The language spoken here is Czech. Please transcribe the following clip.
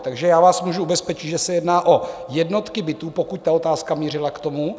Takže já vás můžu ubezpečit, že se jedná o jednotky bytů, pokud ta otázka mířila k tomu.